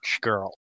girl